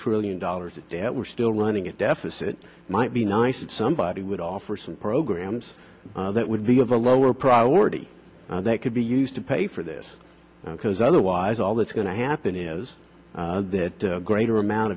trillion dollars in debt we're still running a deficit might be nice if somebody would offer some programs that would be of a lower priority that could be used to pay for this because otherwise all that's going to happen is that a greater amount